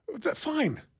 Fine